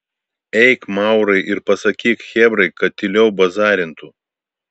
eik maurai ir pasakyk chebrai kad tyliau bazarintų